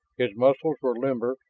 his muscles were limber,